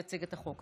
יציג את הצעת החוק,